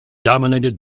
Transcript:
dominated